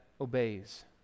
obeys